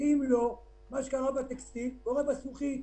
אם לא, מה שקרה בטקסטיל קורה בזכוכית.